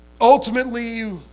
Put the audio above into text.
Ultimately